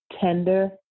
tender